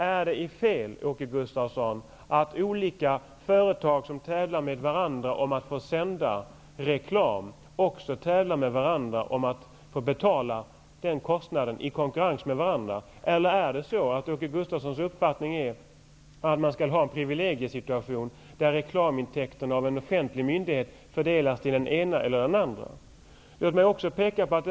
Är det fel, Åke Gustavsson, att olika företag som tävlar med varandra om att få sända reklam också tävlar om att få stå för den kostnaden, i konkurrens med varandra? Eller är det Åke Gustavssons uppfattning att man skall ha en privilegiesituation där reklamintäkterna av en offentlig myndighet fördelas till den ene eller den andre?